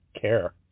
care